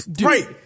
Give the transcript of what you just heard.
Right